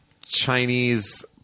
Chinese